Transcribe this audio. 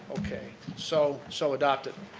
okay, so so adopted.